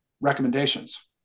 recommendations